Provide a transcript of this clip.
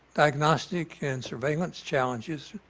diagnostic and surveillance challenges,